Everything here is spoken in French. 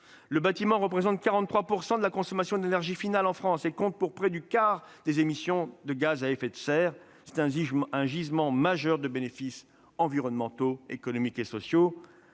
Le bâtiment représente 43 % de la consommation d'énergie finale en France et compte pour près du quart des émissions de gaz à effet de serre. C'est un gisement majeur de bénéfices environnementaux, économiques et sociaux.